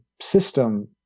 system